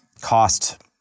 cost